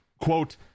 quote